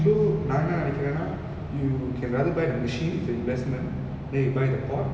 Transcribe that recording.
so நா என்ன நெனைக்கிறனா:na enna nenaikkirana you can rather buy the machine for investment then you buy the pot